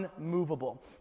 Unmovable